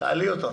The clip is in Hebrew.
בוקר טוב.